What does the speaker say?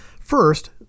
First